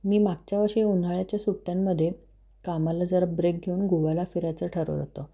मी मागच्या वर्षी उन्हाळ्याच्या सुट्ट्यांमध्ये कामाला जरा ब्रेक घेऊन गोव्याला फिरायचं ठरवलं होतं